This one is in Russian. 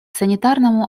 санитарному